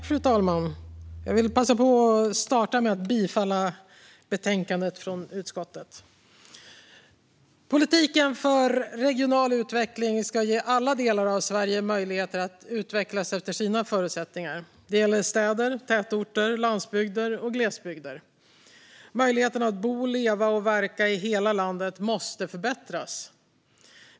Fru talman! Jag vill börja med att yrka bifall till utskottets förslag i betänkandet. Politiken för regional utveckling ska ge alla delar av Sverige möjligheter att utvecklas efter sina förutsättningar. Det gäller städer, tätorter, landsbygder och glesbygder. Möjligheterna att bo, leva och verka i hela landet måste förbättras.